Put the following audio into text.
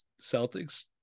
Celtics